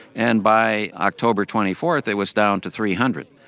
and by october twenty fourth, it was down to three hundred,